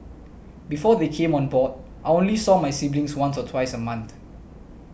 before they came on board I only saw my siblings once or twice a month